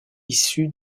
issu